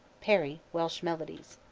parry welsh melodies.